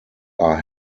are